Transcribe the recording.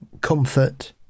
comfort